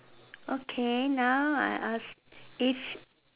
okay now I ask if